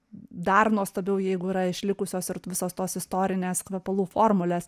dar nuostabiau jeigu yra išlikusios ir visos tos istorinės kvepalų formulės